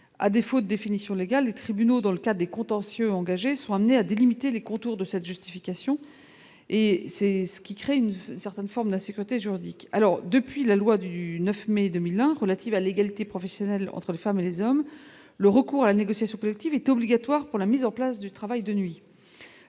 à défaut d'définition légale des tribunaux dans le cas des contentieux engagés sont amenés à délimiter les contours de cette justification et c'est ce qui crée une certaine forme d'insécurité juridique alors, depuis la loi du 9 mai 2001 relative à l'égalité professionnelle entre les femmes et les hommes, le recours à la négociation collective est obligatoire pour la mise en place du travail de nuit